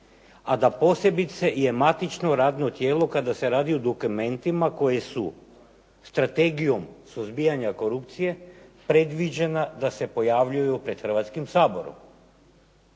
a da posebice je matično radno tijelo kada se radi o dokumentima koji su Strategijom suzbijanja korupcije predviđena da se pojavljuju pred Hrvatskim saborom.